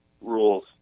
rules